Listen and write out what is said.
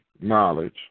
knowledge